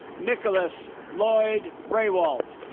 nicholas lloyd rehwaldt